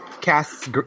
Cast